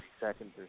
seconds